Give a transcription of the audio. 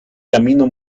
camino